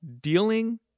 dealing